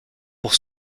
pour